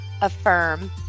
affirm